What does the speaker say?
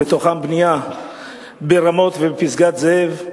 ובתוכם בנייה ברמות ובפסגת-זאב,